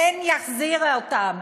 פן יכזיבו אותם,